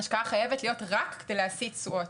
ההשקעה חייבת להיות רק בלהשיג תשואות,